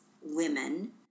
women